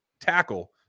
tackle